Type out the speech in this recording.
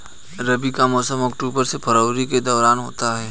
रबी का मौसम अक्टूबर से फरवरी के दौरान होता है